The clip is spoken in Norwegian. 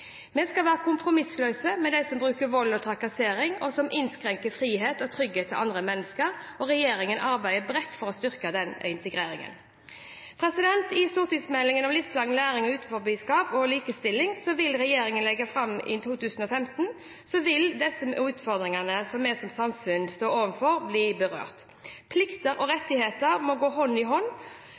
Vi skal være kompromissløse mot dem som bruker vold og trakassering, og som innskrenker frihet og trygghet til andre mennesker. Regjeringen arbeider bredt for å styrke integreringen. Stortingsmeldingene om livslang læring og utenforskap, om likestilling og om familiepolitikken, som regjeringen vil legge fram i 2015 og 2016, vil møte noen av de utfordringer vi som samfunn står foran. Plikter og rettigheter må gå hånd i hånd.